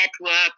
network